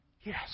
Yes